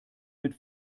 mit